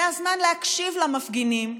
זה הזמן להקשיב למפגינים,